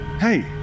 hey